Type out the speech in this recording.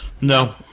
No